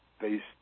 based